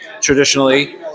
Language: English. traditionally